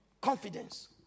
confidence